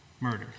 murder